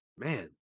Man